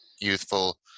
youthful